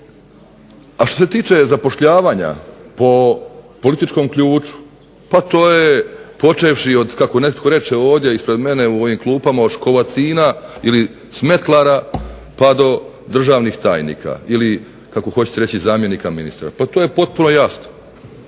Što se tiče zapošljavanja po političkom ključu, tu je počevši od, kako netko reče ovdje ispred mene u ovim klupama, od škovacina ili smetlara pa do državnih tajnika ili kako hoćete reći zamjenika ministara, pa to je potpuno jasno.